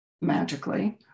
magically